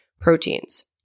proteins